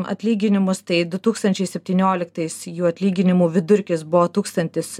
atlyginimus tai du tūkstančiai septynioliktais jų atlyginimų vidurkis buvo tūkstantis